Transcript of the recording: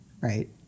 right